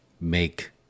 make